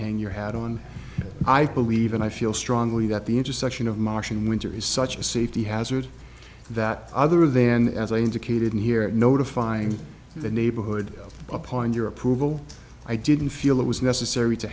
hang your hat on i believe and i feel strongly that the intersection of martian winter is such a safety hazard that other then as i indicated here notifying the neighborhood upon your approval i didn't feel it was necessary to